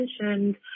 mentioned